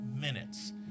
minutes